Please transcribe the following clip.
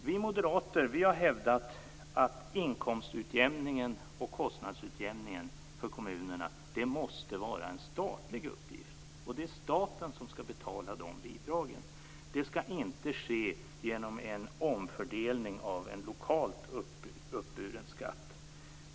Vi moderater har hävdat att inkomstutjämningen och kostnadsutjämningen för kommunerna måste vara en statlig uppgift. Det är staten som skall betala de bidragen. Det skall inte ske genom en omfördelning av en lokalt uppburen skatt.